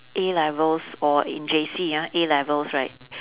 A-levels or in J_C ah A-levels right